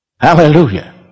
Hallelujah